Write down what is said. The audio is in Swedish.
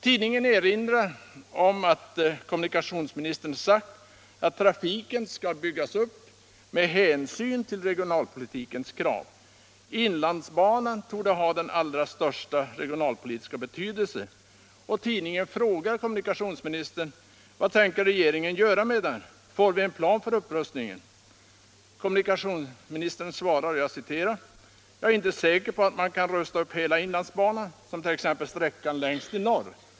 Tidningen erinrar om att kommunikationsministern sagt att trafiken skall ”byggas ut med hänsyn till regionalpolitikens krav. Inlandsbanan torde ha den allra största regionalpolitiska betydelse.” Tidningen frågar kommunikationsministern: Vad tänker ni i regeringen göra med den? Får vi en plan för upprustningen? Kommunikationsministern svarar följande: ”Jag är inte säker på att man kan rusta upp hela inlandsbanan som t.ex. sträckan längst i norr.